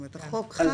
זאת אומרת החוק חל,